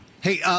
Hey